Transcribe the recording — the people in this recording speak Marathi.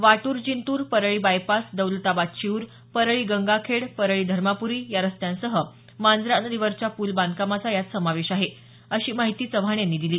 वाटूर जिंतूर परळी बायपास दौलताबाद शिऊर परळी गंगाखेड परळी धर्माप्री या रस्त्यांसह मांजरा नदीवरच्या पूल बांधकामाचा यात समावेश आहे अशी माहिती चव्हाण यांनी दिली